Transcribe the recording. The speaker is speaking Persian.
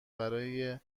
برای